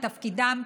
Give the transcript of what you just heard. את תפקידם,